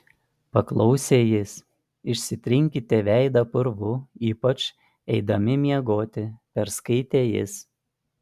paklausė jis išsitrinkite veidą purvu ypač eidami miegoti perskaitė jis